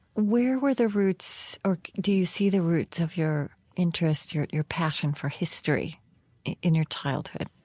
where were the roots or do you see the roots of your interest, your your passion, for history in your childhood?